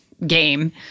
game